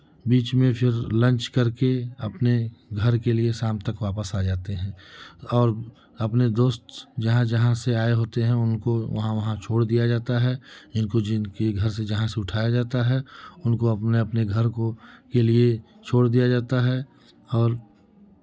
बीच में फिर लंच करके अपने घर के लिए शाम तक वापस आ जाते हैं और अपने दोस्त जहाँ जहाँ से आए होते हैं उनको वहाँ वहाँ छोड़ दिया जाता है इनको जिनके घर जहां से उठाया जाता है उनको अपने अपने घर को के लिए छोड़ दिया जाता है और